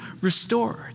Restored